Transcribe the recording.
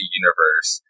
universe